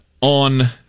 on